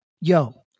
Yo